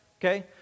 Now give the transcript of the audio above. Okay